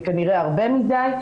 זה כנראה הרבה מדי,